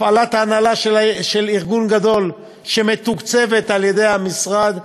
הפעלת הנהלה של ארגון גדול שמתוקצבת על-ידי המשרד,